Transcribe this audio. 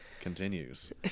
continues